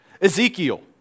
Ezekiel